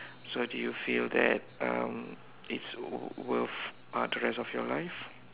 so do you feel that um it's worth uh the rest of your life